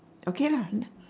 okay lah